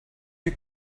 you